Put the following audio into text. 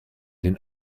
den